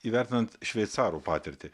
įvertinant šveicarų patirtį